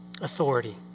authority